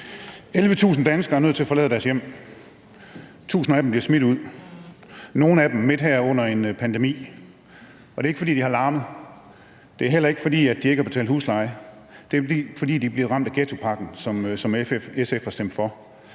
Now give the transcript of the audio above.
11.000 danskere er nødt til at forlade deres hjem, tusinde af dem bliver smidt ud, nogle af dem midt under den her pandemi. Det er ikke, fordi de har larmet, og det er heller ikke, fordi de ikke har betalt husleje, det er, fordi de er blevet ramt af ghettopakken, som SF har stemt for.